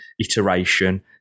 iteration